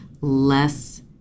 less